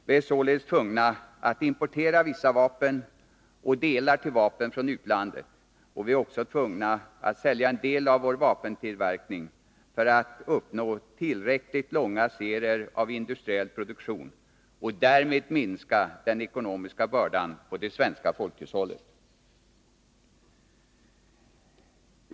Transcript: Vi är således tvungna att importera vissa vapen och delar till vapen från utlandet, och vi är också tvungna att sälja en del av vår vapentillverkning för att uppnå tillräckligt långa serier av industriell produktion och därigenom minska den ekonomiska bördan på det svenska folkhushållet.